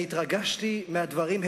התרגשתי מהדברים,